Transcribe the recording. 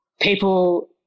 people